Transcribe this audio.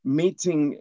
meeting